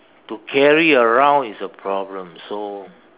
to carry around is a problem so